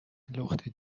لختی